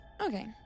okay